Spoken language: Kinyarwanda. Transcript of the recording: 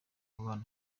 umubano